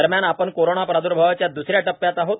दरम्यान आपण कोरोना प्राद्र्भावच्या दुसऱ्या टप्प्यात आहोत